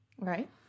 right